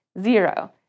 zero